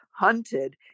hunted